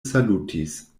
salutis